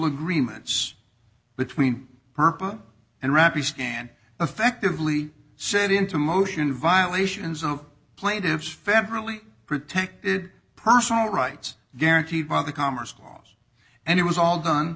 agreements between purpose and rapid scan effectively set into motion violations of plaintiffs federally protected personal rights guaranteed by the commerce clause and it was all done